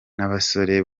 abasore